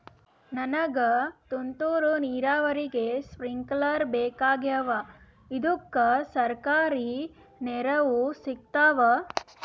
ನನಗ ತುಂತೂರು ನೀರಾವರಿಗೆ ಸ್ಪಿಂಕ್ಲರ ಬೇಕಾಗ್ಯಾವ ಇದುಕ ಸರ್ಕಾರಿ ನೆರವು ಸಿಗತ್ತಾವ?